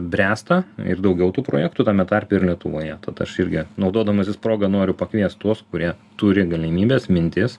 bręsta ir daugiau tų projektų tame tarpe ir lietuvoje tad aš irgi naudodamasis proga noriu pakviest tuos kurie turi galimybes mintis